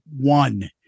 one